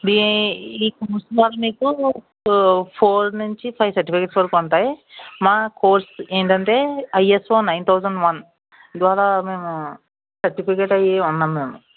దీ ఈ కోర్స్ ద్వారా మీకు ఫోర్ నుంచి ఫైవ్ సర్టిఫికేట్ వరకు ఉంటాయి మా కోర్సు ఏంటంటే ఐఎస్ఓ నైన్ థౌసండ్ వన్ ద్వారా మేము సర్టిఫికేట్ అయ్యి ఉన్నాము మేము